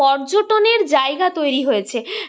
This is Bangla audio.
পর্যটনের জায়গা তৈরি হয়েছে